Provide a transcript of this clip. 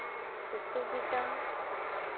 ᱚᱥᱩᱵᱤᱫᱷᱟ